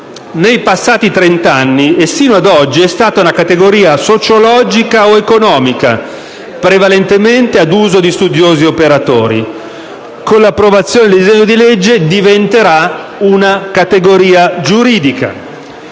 nei passati trent'anni e fino ad oggi è stata una categoria sociologica o economica, prevalentemente ad uso di studiosi e operatori. Con l'approvazione del disegno di legge diventerà una categoria giuridica.